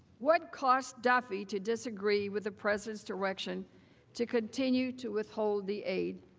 what cause duffey to disagree with the presidents direction to continue to withhold the aid